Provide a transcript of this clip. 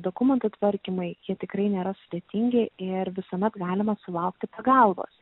dokumentų tvarkymai jie tikrai nėra sudėtingi ir visuomet galima sulaukti pagalbos